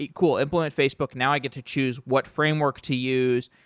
cool, implement facebook, now i get to choose what framework to use,